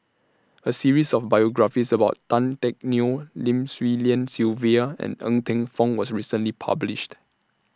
A series of biographies about Tan Teck Neo Lim Swee Lian Sylvia and Ng Teng Fong was recently published